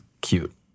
cute